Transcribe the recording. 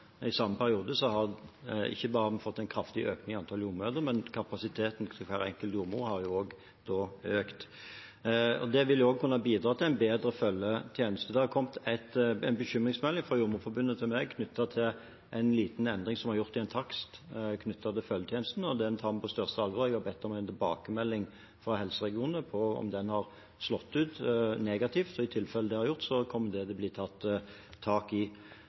i samme periode, har vi ikke bare fått en kraftig økning i antallet jordmødre, men kapasiteten til hver enkelt jordmor har da også økt. Det vil også kunne bidra til en bedre følgetjeneste. Det har kommet en bekymringsmelding fra Jordmorforbundet til meg om en liten endring som er gjort i en takst knyttet til følgetjenesten, og den tar vi på største alvor. Vi har bedt om en tilbakemelding fra helseregionene på om den har slått ut negativt, og i tilfelle det har gjort det, kommer det til å bli tatt tak i.